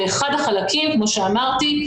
ואחד החלקים כמו שאמרתי,